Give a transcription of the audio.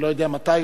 אני לא יודע מתי.